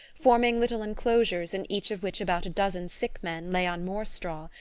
forming little enclosures in each of which about a dozen sick men lay on more straw,